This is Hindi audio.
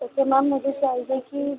ओके मैम मुझे चाहिए कि